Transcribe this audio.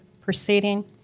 proceeding